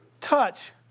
touch